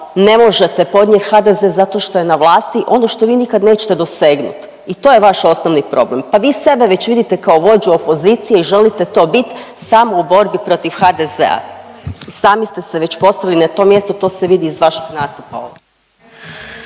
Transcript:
ne možete podnijet HDZ zato što je na vlasti ono što vi nikada nećete dosegnut i to je vaš osnovni problem. Pa vi sebe već vidite kao vođu opozicije i želite to bit samo u borbi protiv HDZ-a, sami ste se već postavili na to mjesto to se vidi iz vašeg nastupa ovdje.